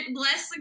bless